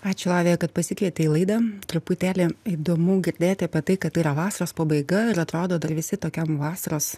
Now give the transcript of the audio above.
ačiū lavija kad pasikvietei į laidą truputėlį įdomu girdėti apie tai kad tai yra vasaros pabaiga ir atrodo dar visi tokiam vasaros